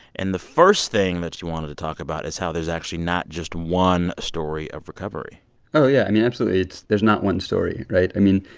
and the first thing that you wanted to talk about is how there's actually not just one story of recovery oh, yeah. i mean, absolutely. there's not one story, right? i mean,